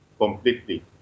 completely